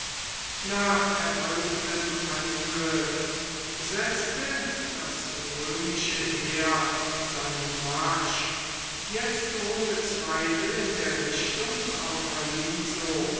nach erfolgtem angriff setzte das römische heer seinen marsch jetzt ohne zweifel in der richtung auf